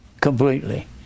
completely